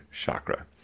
chakra